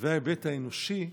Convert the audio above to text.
וההיבט האנושי,